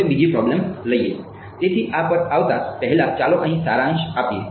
હવે બીજી પ્રોબેલ્મ લઈએ તેથી આ પર આવતા પહેલા ચાલો અહીં સારાંશ આપીએ